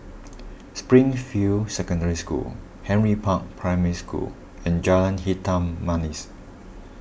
Springfield Secondary School Henry Park Primary School and Jalan Hitam Manis